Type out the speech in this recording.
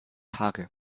haare